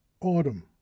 Autumn